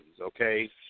okay